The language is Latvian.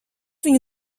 viņu